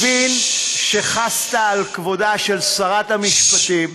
אני מבין שחסת על כבודה של שרת המשפטים,